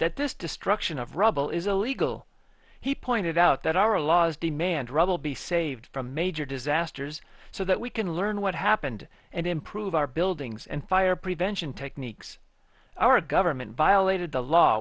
that this destruction of rubble is illegal he pointed out that our laws demand rubble be saved from major disasters so that we can learn what happened and improve our buildings and fire prevention techniques our government violated the law